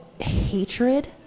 hatred